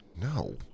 No